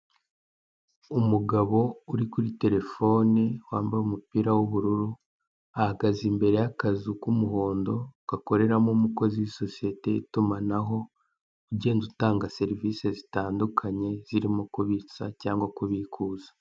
Umugabo uri kuri terefoni wambaye umupira w'ubururu, ahagaze imbere y'akazu kumuhondo gakoreramo umukozi wa sosiyete y'itumanaho ugenda utanga serivise zi tandukanye zirimo kubitsa cyangwa kubikuza.